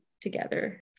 together